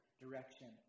direction